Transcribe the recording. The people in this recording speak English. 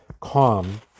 calm